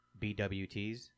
BWTs